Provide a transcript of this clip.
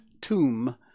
tomb